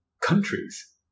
countries